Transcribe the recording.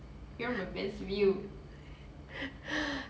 you're my best view